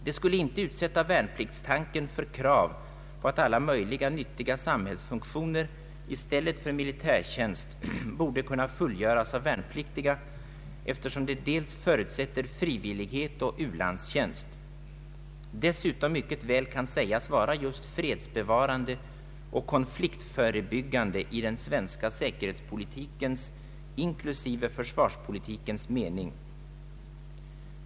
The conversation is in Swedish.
Det skulle inte utsätta värnpliktstanken för krav på att alla möjliga nyttiga samhällsfunktioner i stället för militärtjänst borde kunna fullgöras av värnpliktiga, eftersom det dels förutsätter frivillighet och u-landstjänst, dessutom mycket väl kan sägas vara just ”fredsbevarande” och ”konfliktförebyggande” i den svenska säkerhetspolitikens inklusive försvarspolitikens mening.